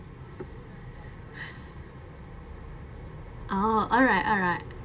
oo alright alright